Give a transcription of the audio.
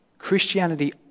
Christianity